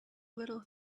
little